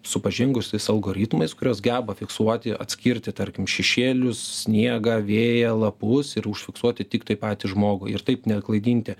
su pažengusiais algoritmais kurios geba fiksuoti atskirti tarkim šešėlius sniegą vėją lapus ir užfiksuoti tiktai patį žmogų ir taip neklaidinti